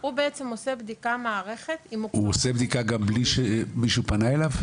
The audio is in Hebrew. הוא בעצם עושה בדיקת מערכת --- הוא עושה בדיקה גם בלי שפנה אליו?